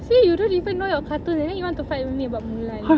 see you don't even know your cartoons and then you want to fight with me about mulan